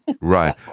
Right